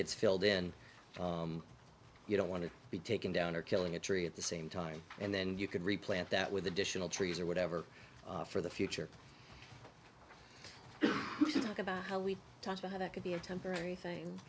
gets filled in you don't want to be taken down or killing a tree at the same time and then you could replant that with additional trees or whatever for the future about how we talk about how that could be a temporary thing